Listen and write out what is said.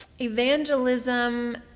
Evangelism